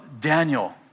Daniel